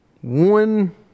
one